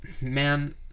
man